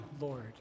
Lord